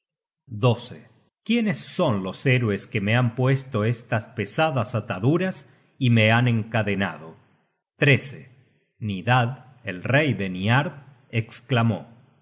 pies quiénes son los héroes queme han puesto estas pesadas ataduras y me han encadenado nidad el rey de niard esclamó